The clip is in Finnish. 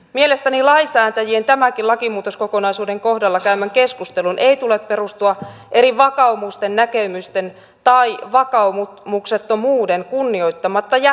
mielestäni lainsäätäjien tämänkin lakimuutoskokonaisuuden kohdalla käymän keskustelun ei tule perustua eri vakaumusten näkemysten tai vakaumuksettomuuden kunnioittamatta jättämiseen